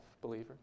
believer